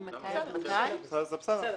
בסדר.